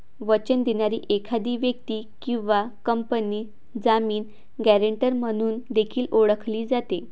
वचन देणारी एखादी व्यक्ती किंवा कंपनी जामीन, गॅरेंटर म्हणून देखील ओळखली जाते